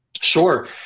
Sure